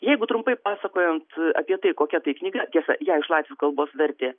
jeigu trumpai pasakojant apie tai kokia tai knyga tiesa ją iš latvių kalbos vertė